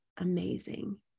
amazing